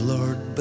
Lord